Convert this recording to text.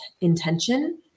intention